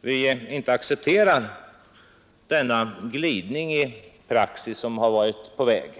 man inte accepterar denna glidning i praxis som har varit på väg.